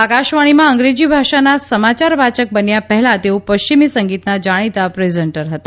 આકાશવાણીમાં અંગ્રેજી ભાષાના સમાચાર વાચક બન્યા પહેલા તેઓ પશ્ચિમી સંગીતના જાણીતા પ્રેઝન્ટર હતા